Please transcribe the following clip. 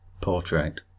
portrait